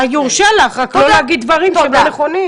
יורשה לך, רק לא להגיד דברים לא נכונים.